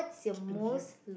keep in view